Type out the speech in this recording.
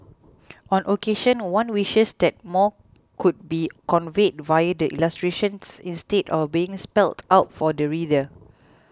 on occasion one wishes that more could be conveyed via the illustrations instead of being spelt out for the reader